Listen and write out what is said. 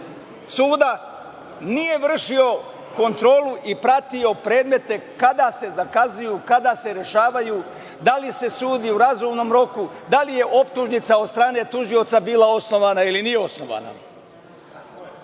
suda nije vršio kontrolu i pratio predmete, kada se zakazuju, kada se rešavaju, da li se sudi u razumnom roku, da li je optužnica od strane tužioca bila osnovana ili nije osnovana. Dame